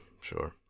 sure